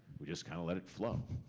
we just kinda let it flow.